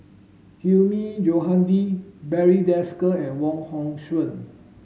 Hilmi Johandi Barry Desker and Wong Hong Suen